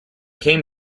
came